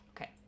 okay